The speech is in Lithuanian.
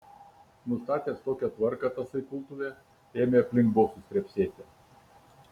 nustatęs tokią tvarką tasai kultuvė ėmė aplink bosus trepsėti